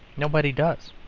nobody does.